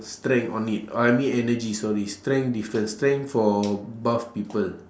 strength on it oh I mean energy sorry strength different strength for buff people